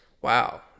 Wow